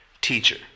teacher